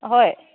হয়